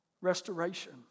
restoration